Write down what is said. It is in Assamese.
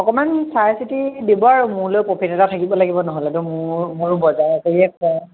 অকণমান চাই চিতি দিব আৰু মোলৈ প্ৰফিট এটা থাকিব লাগিব নহ'লেতো মোৰ ময়ো বজাৰ কৰিয়ে খাওঁ